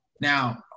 now